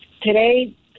Today